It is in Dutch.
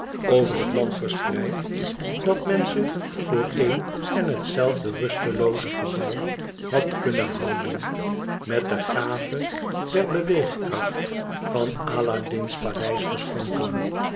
over het land verspreid dat men ze voor een en hetzelfde rustelooze gebouw had kunnen houden met de gave der beweegkracht van aladdin's paleis beschonken